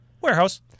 Warehouse